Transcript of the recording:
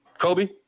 Kobe